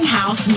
house